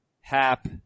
Hap